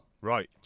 Right